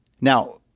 Now